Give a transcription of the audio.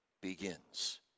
begins